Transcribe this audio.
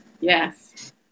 Yes